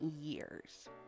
years